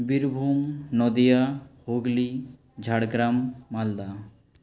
Birbhum Nadia Hooghly Jhargram Malda